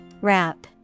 Wrap